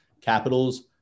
Capitals